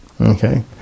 Okay